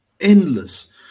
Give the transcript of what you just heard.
Endless